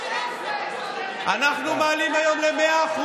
אנחנו מעלים היום ל-100%,